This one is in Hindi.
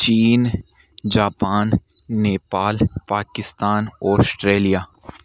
चीन जापान नेपाल पाकिस्तान ऑस्ट्रेलिया